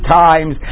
times